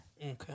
Okay